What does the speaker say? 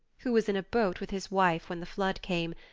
who was in a boat with his wife when the flood came,